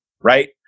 Right